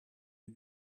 you